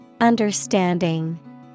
Understanding